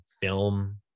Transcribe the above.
film